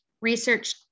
research